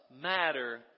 matter